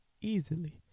Easily